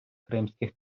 кримських